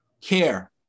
care